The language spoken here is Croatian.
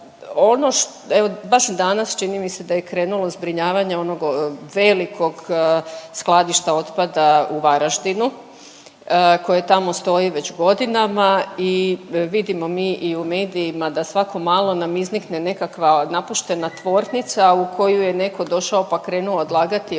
baš danas čini mi se da je krenulo zbrinjavanje onog velikog skladišta otpada u Varaždinu koje tamo stoji već godinama i vidimo mi i u medijima da svako malo nam iznikne nekakva napuštena tvornica u koju je netko došao pa krenuo odlagati otpad.